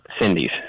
Cindy's